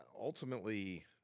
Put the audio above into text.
ultimately